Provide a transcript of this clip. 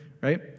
Right